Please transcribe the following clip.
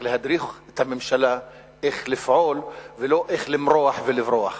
להדריך את הממשלה איך לפעול ולא איך למרוח ולברוח.